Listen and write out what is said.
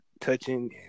touching